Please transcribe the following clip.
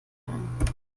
ein